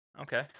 Okay